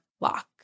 lock